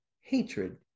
hatred